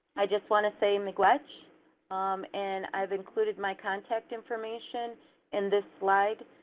i just wanna say megwich and i've included my contact information in this slide.